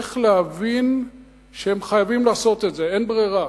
איך להבין שהם חייבים לעשות את זה, אין ברירה.